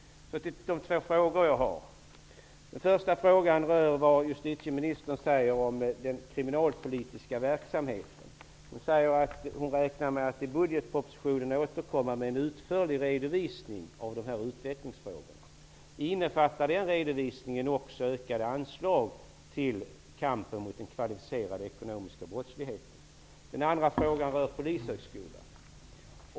Så till de två frågorna. Den första gäller vad justitieministern säger om den kriminalpolitiska verksamheten. Hon säger att hon räknar med att i budgetpropositionen återkomma med en utförlig redovisning av de här utvecklingsfrågorna. Innefattar den redovisningen också ökade anslag till kampen mot den kvalificerade ekonomiska brottsligheten? Den andra frågan rör Polishögskolan.